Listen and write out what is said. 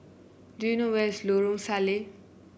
do you know where is Lorong Salleh